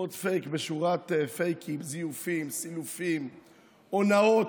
בשורת פייקים, זיופים, סילופים, הונאות,